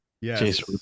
Yes